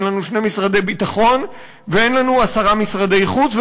אין לנו שני משרדי ביטחון ואין לנו עשרה משרדי חוץ,